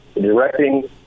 directing